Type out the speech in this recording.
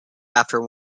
after